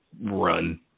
run